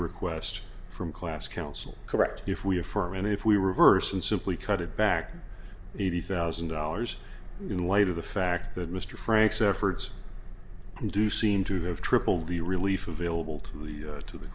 requests from class council correct if we affirm and if we reverse and simply cut it back eighty thousand dollars in light of the fact that mr franks efforts do seem to have tripled the relief available to the to the